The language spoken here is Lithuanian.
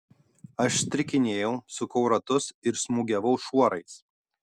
aš strikinėjau sukau ratus ir smūgiavau šuorais